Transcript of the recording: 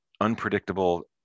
unpredictable